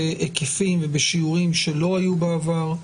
בהיקפים ובשיעורים שלא היו בעבר.